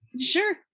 Sure